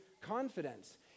confidence